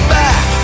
back